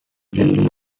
dean